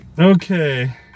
Okay